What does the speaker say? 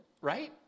Right